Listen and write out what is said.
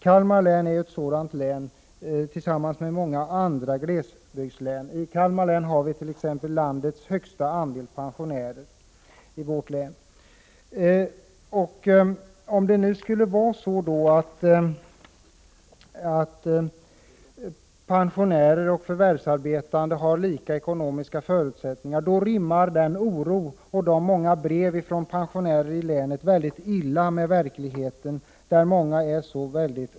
Kalmar län är ett sådant län — bland många andra glesbygdslän — och har den högsta andelen pensionärer i landet. Om det skulle vara så att pensionärer och förvärvsarbetande har lika ekonomiska förutsättningar, rimmar den oro som framgår av många brev från pensionärer i länet mycket illa med verkligheten.